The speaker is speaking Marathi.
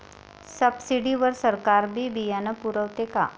सब्सिडी वर सरकार बी बियानं पुरवते का?